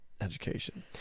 education